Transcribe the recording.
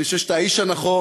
אני חושב שאתה האיש הנכון,